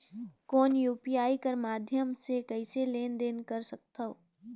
कौन यू.पी.आई कर माध्यम से कइसे लेन देन कर सकथव?